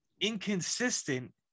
inconsistent